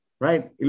Right